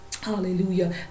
Hallelujah